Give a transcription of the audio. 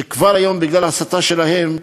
שכבר היום, בגלל ההסתה שלהם,